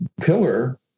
pillar